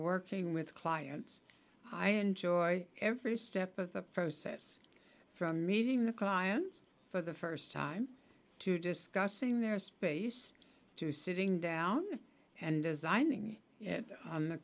working with clients i enjoy every step of the process from meeting the clients for the first time to discussing their space to sitting down and designing